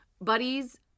buddies